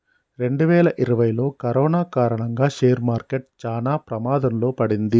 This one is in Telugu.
రెండువేల ఇరవైలో కరోనా కారణంగా షేర్ మార్కెట్ చానా ప్రమాదంలో పడింది